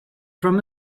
from